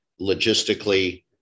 logistically